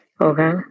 Okay